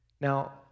Now